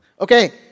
Okay